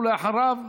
ואחריו,